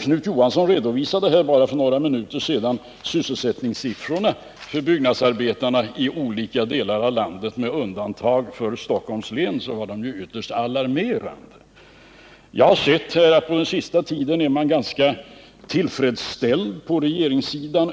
Knut Johansson redovisade för bara några minuter sedan sysselsättningssiffrorna för byggnadsarbetarna i olika delar av landet. Med undantag av Stockholms län var siffrorna ytterst alarmerande. Jag har på sista tiden sett att regeringen är ganska tillfredsställd